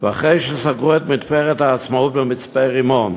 ואחרי שסגרו את מתפרת "העצמאות" במצפה-רמון,